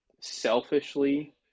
selfishly